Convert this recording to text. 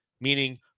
Meaning